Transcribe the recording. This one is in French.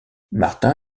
martin